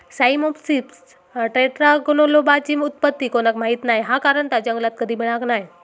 Cyamopsis टेट्रागोनोलोबाची उत्पत्ती कोणाक माहीत नाय हा कारण ता जंगलात कधी मिळाक नाय